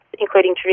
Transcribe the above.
including